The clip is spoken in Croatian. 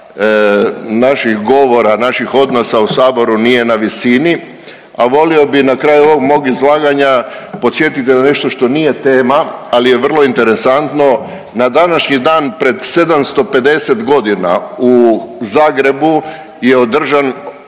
naših govora, naših odnosa u Saboru nije na visini a volio bih na kraju ovog mog izlaganja podsjetiti na nešto što nije tema, ali je vrlo interesantno na današnji dan pred 750 godina u Zagrebu je održan